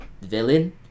villain